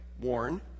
warn